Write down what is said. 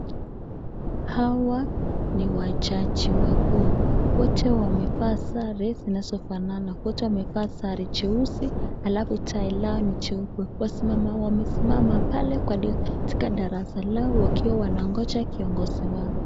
Hawa ni wajaji wakuu wote wamevaa sare zinazofanana wote wamevaa sare jeusi alafu tai lao ni jeupe wamesimama pale katika darasa lao wakiwa wanangoja kiongozi wao.